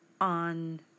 on